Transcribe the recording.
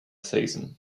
season